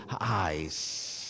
eyes